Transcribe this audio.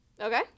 okay